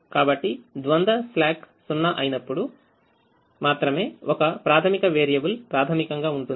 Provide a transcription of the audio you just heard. కాబట్టి ద్వంద్వ slack సున్నా అయినప్పుడు మాత్రమే ఒక ప్రాథమిక వేరియబుల్ ప్రాథమికంగా ఉంటుంది